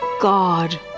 God